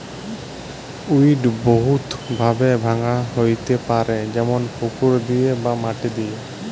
weed বহুত ভাবে ভাঙা হ্যতে পারে যেমল পুকুর দিয়ে বা মাটি দিয়ে